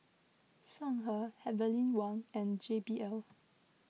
Songhe Heavenly Wang and J B L